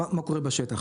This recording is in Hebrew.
מה קורה בשטח,